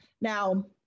Now